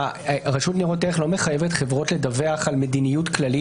רשות ניירות ערך לא מחייבת חברות לדווח על מדיניות כללית,